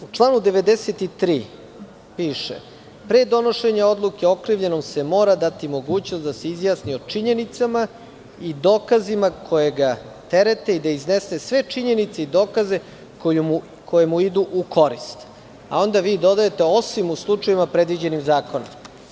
U članu 93. piše – pre donošenja odluke okrivljenom se mora dati mogućnost da se izjasni o činjenicama i dokazima koji ga terete i da iznese sve činjenice i dokaze koji mu idu u korist, a onda vi dodajete – osim u slučajevima predviđenim zakonom.